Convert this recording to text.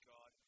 God